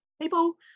people